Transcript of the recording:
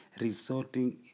resulting